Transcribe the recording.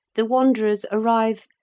the wanderers arrive,